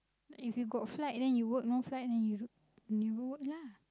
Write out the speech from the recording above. if you got flag then you work no flag then you don't work lah